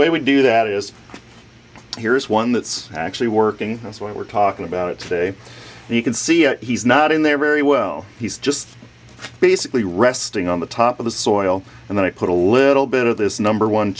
way we do that is here's one that's actually working that's what we're talking about today and you can see he's not in there very well he's just basically resting on the top of the soil and then i put a little bit of this number one